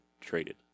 traded